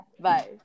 bye